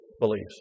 beliefs